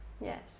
Yes